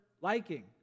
liking